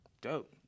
Dope